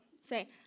Say